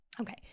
Okay